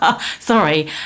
Sorry